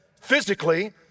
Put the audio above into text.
physically